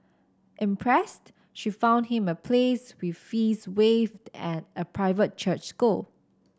impressed she found him a place with fees waived at a private church school